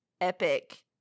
epic